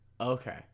Okay